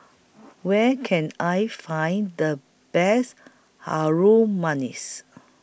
Where Can I Find The Best Harum Manis